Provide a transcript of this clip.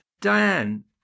Diane